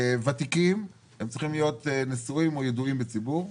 ותיקים הם צריכים להיות נשואים או ידועים בציבור,